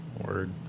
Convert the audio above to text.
Word